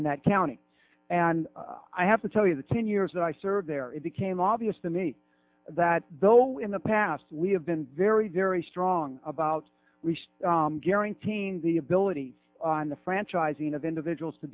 in that county and i have to tell you the ten years that i served there it became obvious to me that though in the past we have been very very strong about regime guaranteeing the ability on the franchising of individuals to